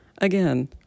Again